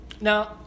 Now